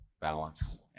balance